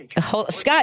Scott